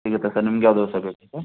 ಸಿಗುತ್ತೆ ಸರ್ ನಿಮ್ಗೆ ಯಾವ ದೋಸೆ ಬೇಕು ಸರ್